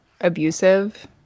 abusive